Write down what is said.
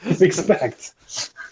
expect